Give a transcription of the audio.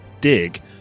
Dig